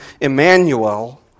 Emmanuel